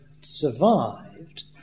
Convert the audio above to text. survived